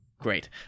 great